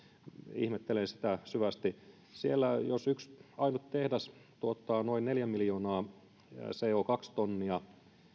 ihmettelen sitä syvästi jos yksi ainut tehdas tuottaa noin neljä miljoonaa co tonnia